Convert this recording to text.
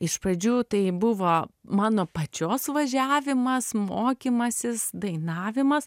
iš pradžių tai buvo mano pačios važiavimas mokymasis dainavimas